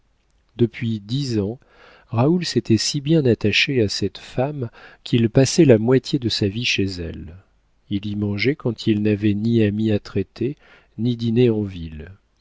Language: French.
depuis dix ans raoul s'était si bien attaché à cette femme qu'il passait la moitié de sa vie chez elle il y mangeait quand il n'avait ni ami à traiter ni dîner en ville